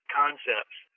concepts